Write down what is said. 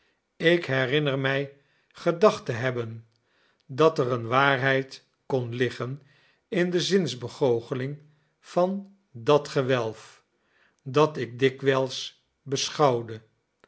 ik herinner mij gedacht te hebben dat er een waarheid kon liggen in de zinsbegoocheling van dat gewelf dat ik dikwijls beschouwde